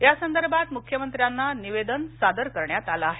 यासंदर्भात मुख्यमंत्र्यांना निवेदन सादर करण्यात आलं आहे